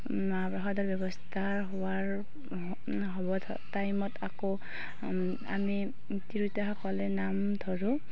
মাহ প্ৰসাদৰ ব্যৱস্থাৰ হোৱাৰ হ'ব ধৰে হ'ব টাইমত আকৌ আমি তিৰোতাসকলে নাম ধৰোঁ